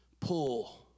pull